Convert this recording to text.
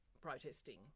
protesting